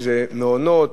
מעונות,